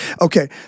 Okay